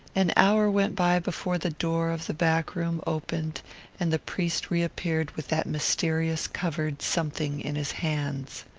an hour went by before the door of the back room opened and the priest reappeared with that mysterious covered something in his hands.